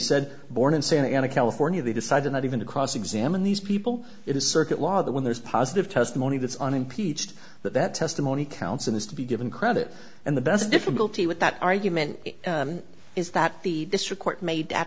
said born in santa ana california they decided not even to cross examine these people it is circuit law that when there's positive testimony that's unimpeached that that testimony counts and is to be given credit and the best difficulty with that argument is that the district court made